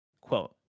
quote